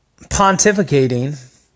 pontificating